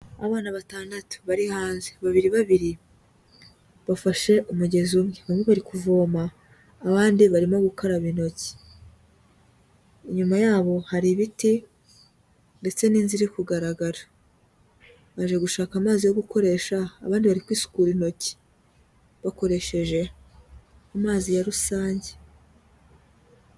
Abana batandatu bari hanze, babiri babiri bafashe umugezi umwe. Bamwe bari kuvoma ,abandi barimo gukaraba intoki. Inyuma yabo hari ibiti, ndetse n'inzu iri kugaragara. Baje gushaka amazi yo gukoresha, abandi bari kwisukura intoki bakoresheje amazi ya rusange.